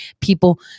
People